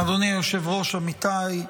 אדוני היושב-ראש, עמיתיי,